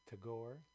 Tagore